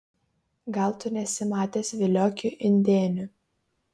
gal tu nesi matęs viliokių indėnių